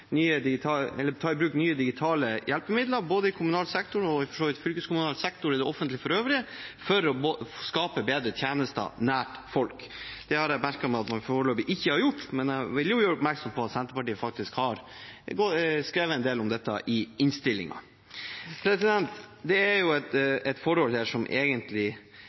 ta i bruk nye digitale hjelpemidler, både i kommunal sektor og for så vidt også i fylkeskommunal sektor og i det offentlige for øvrig, for å skape bedre tjenester nær folk. Det har jeg merket meg at man foreløpig ikke har gjort, men jeg vil gjøre oppmerksom på at Senterpartiet har skrevet en del om dette i innstillingen. Det er et forhold som egentlig